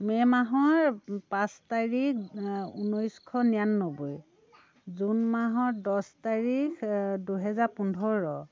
মে' মাহৰ পাঁচ তাৰিখ ঊনৈছশ নিৰান্নব্বৈ জুন মাহৰ দহ তাৰিখ দুহেজাৰ পোন্ধৰ